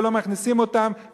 ולא מכניסים אותם,